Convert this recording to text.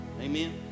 Amen